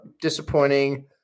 Disappointing